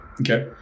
Okay